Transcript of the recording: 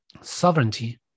sovereignty